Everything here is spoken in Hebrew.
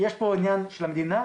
יש פה עניין של המדינה,